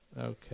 Okay